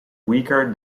weaker